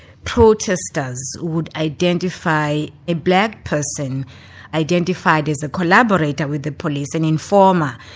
protesters would identify a black person identified as a collaborator with the police, an informer.